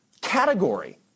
category